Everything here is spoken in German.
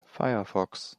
firefox